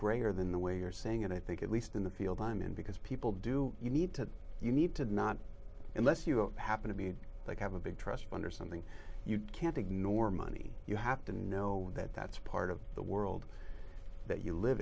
grayer than the way you're saying and i think at least in the field i'm in because people do you need to you need to not unless you happen to be like have a big trust fund or something you can't ignore money you have to know that that's part of the world that you live